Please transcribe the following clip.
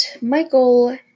Michael